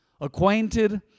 acquainted